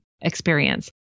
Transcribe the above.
experience